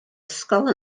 ysgol